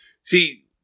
See